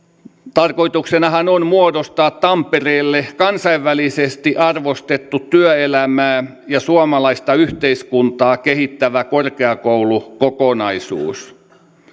tarkoituksenahan on muodostaa tampereelle kansainvälisesti arvostettu työelämää ja suomalaista yhteiskuntaa kehittävä korkeakoulukokonaisuus